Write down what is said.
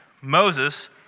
Moses